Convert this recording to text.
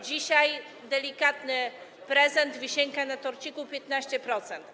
Dzisiaj delikatny prezent, wisienka na torciku - 15%.